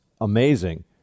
amazing